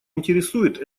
интересует